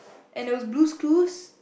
and there was Blue's-Clues